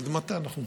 עד מתי אנחנו פה?